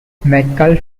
metcalf